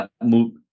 move